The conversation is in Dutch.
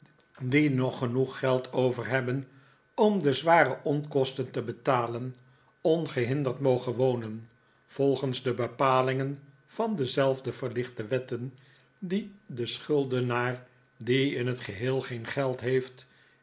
die nog genoeg geld over hebben om de zware onkosten te betalen ongehinderd mogen wonen volgens de bepalingen van dezelfde verlichte wetten die den schuldenaar die in het geheel geen geld heeft